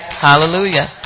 Hallelujah